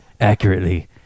accurately